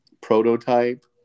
prototype